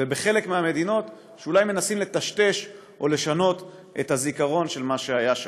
ובחלק מהמדינות שאולי מנסים לטשטש או לשנות את הזיכרון של מה שהיה שם.